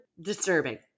Disturbing